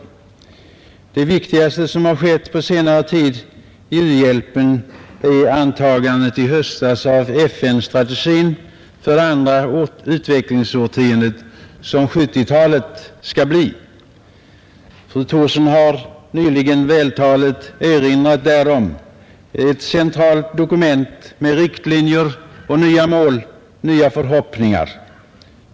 Vv Det viktigaste som har skett på senare tid i fråga om u-hjälpen är antagandet i höstas av FN-strategin för det andra utvecklingsårtiondet, som 1970-talet skall bli. Fru Thorsson har nyligen vältaligt erinrat därom. Det är ett centralt dokument med riktlinjer, nya mål och förhoppningar.